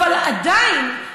אבל עדיין,